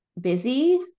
busy